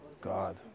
God